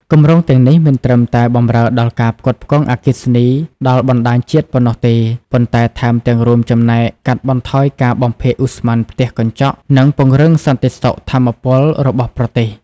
គម្រោងទាំងនេះមិនត្រឹមតែបម្រើដល់ការផ្គត់ផ្គង់អគ្គិសនីដល់បណ្តាញជាតិប៉ុណ្ណោះទេ ប៉ុន្តែថែមទាំងរួមចំណែកកាត់បន្ថយការបំភាយឧស្ម័នផ្ទះកញ្ចក់ និងពង្រឹងសន្តិសុខថាមពលរបស់ប្រទេស។